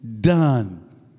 done